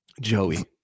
Joey